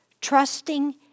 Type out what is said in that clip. trusting